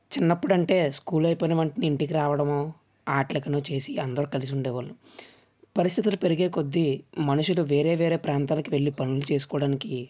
చిన్నప్పుడంటే school అయిపోయిన వెంటనే ఇంటికి రావడం ఆటలు అనేసి వచ్చి అందరం కలిసేసి ఉండేవాళ్ళు పరిస్థితులు పెరిగే కొద్దీ మనుషులు వేరే వేరే ప్రాంతాలకు వెళ్లి పని చేసుకోవడానికి